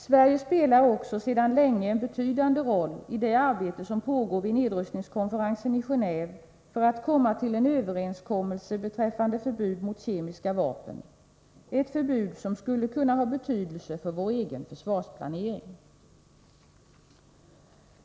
Sverige spelar sedan länge en betydande roll i det arbete som pågår vid nedrustningskonferensen i Genéve för uppnående av en överenskommelse om förbud mot kemiska vapen — ett förbud som skulle kunna ha betydelse för vår egen försvarsplanering.